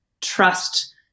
trust